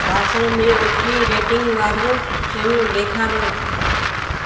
ॿासण में ऊची रेटिंग वारियूं शयूं ॾेखारियो